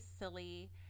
silly